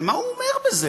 אבל מה הוא אומר בזה?